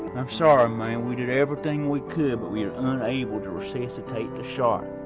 i'm sorry man, we did everything we could. but we were unable to resuscitate the shark?